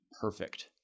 perfect